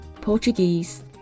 Portuguese